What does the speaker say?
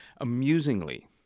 Amusingly